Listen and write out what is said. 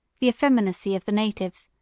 the effeminacy of the natives,